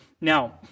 now